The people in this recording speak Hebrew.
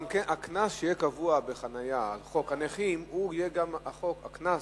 הקנס שיהיה קבוע על חנייה במקום לנכים יהיה אותו קנס,